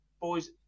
boys